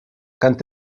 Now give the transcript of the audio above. quand